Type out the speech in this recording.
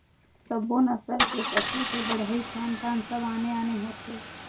सब्बो नसल के पसू के बड़हई, खान पान सब आने आने होथे